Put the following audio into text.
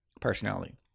personality